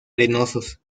arenosos